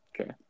Okay